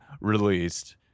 released